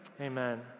amen